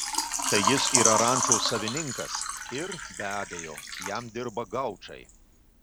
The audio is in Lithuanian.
tai jis yra rančos savininkas ir be abejo jam dirba gaučai